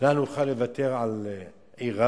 האם נוכל לוותר על העיר רמלה?